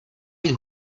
být